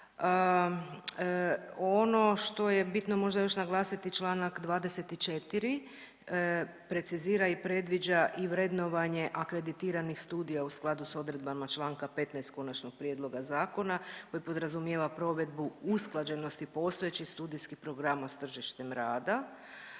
Ono što je bitno možda još naglasiti članak 24. precizira i predviđa i vrednovanje akreditiranih studija u skladu sa odredbama članka 15. Konačnog prijedloga zakona koji podrazumijeva provedbu usklađenosti postojećih studijskih programa sa tržištem rada.